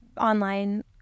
online